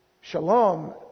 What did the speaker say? Shalom